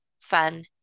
fun